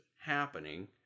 happening